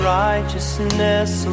righteousness